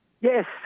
Yes